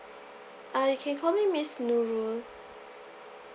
uh you can call me miss nurul